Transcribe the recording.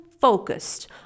focused